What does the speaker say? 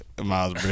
Miles